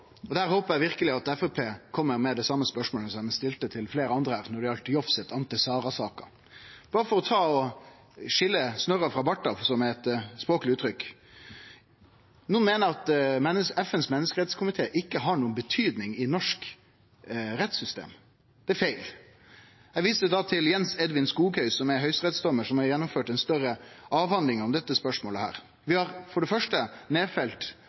Så der håpar eg verkeleg at Framstegspartiet kjem med det same spørsmålet som dei stilte til fleire andre når det gjaldt Jovsset Ánte Sara-saka – berre for å skilje snørr og bartar, som er eit språkleg uttrykk. Nokre meiner at FNs menneskerettskomité ikkje har noka betydning i norsk rettssystem. Det er feil. Eg viser då til Jens Edvin A. Skoghøy, som er høgsterettsdommar, og som har gjennomført ei større avhandling om dette spørsmålet. Vi har for det første nedfelt